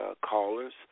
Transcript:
callers